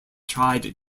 tried